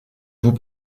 vous